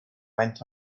went